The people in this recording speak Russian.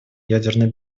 ядерной